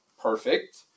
perfect